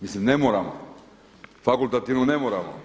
Mislim ne moramo, fakultativno ne moramo.